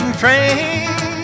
train